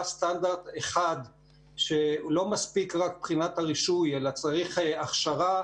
סטנדרט אחד שלא מספיק רק בחינת הרישוי אלא צריך הכשרה